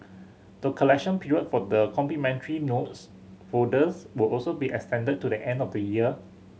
the collection period for the complimentary notes folders will also be extended to the end of the year